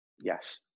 yes